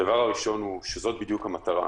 הדבר הראשון הוא שזאת בדיוק המטרה.